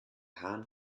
hahn